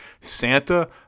Santa